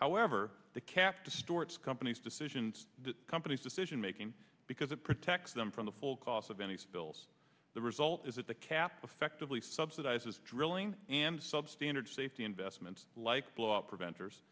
however the calf distorts companies decisions the company's decision making because it protects them from the full cost of any spills the result is that the cap affectively subsidizes drilling and substandard safety investments like blowout preven